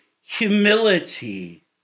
humility